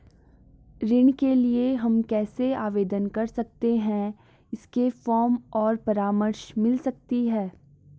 ऋण के लिए हम कैसे आवेदन कर सकते हैं इसके फॉर्म और परामर्श मिल सकती है?